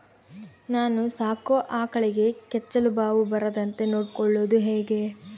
ನಾನು ಸಾಕೋ ಆಕಳಿಗೆ ಕೆಚ್ಚಲುಬಾವು ಬರದಂತೆ ನೊಡ್ಕೊಳೋದು ಹೇಗೆ?